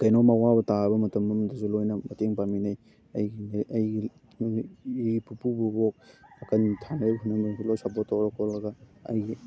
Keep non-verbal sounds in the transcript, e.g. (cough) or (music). ꯀꯩꯅꯣꯝꯃ ꯑꯋꯥꯕ ꯇꯥꯔꯕ ꯃꯇꯝ ꯑꯃꯗꯁꯨ ꯂꯣꯏꯅ ꯃꯇꯦꯡ ꯄꯥꯡꯃꯤꯟꯅꯩ ꯑꯩꯒꯤ ꯑꯩꯒꯤ ꯄꯨꯄꯨ ꯕꯣꯕꯣꯛ (unintelligible) ꯁꯄꯣꯔꯠ ꯇꯧꯔ ꯈꯣꯠꯂꯒ ꯑꯩꯒꯤ